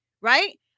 right